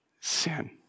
sin